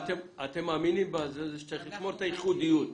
אתם מאמינים שצריך לשמור את הייחודיות.